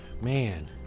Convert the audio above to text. man